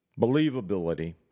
believability